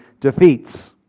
defeats